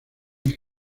hija